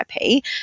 IP